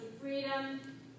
freedom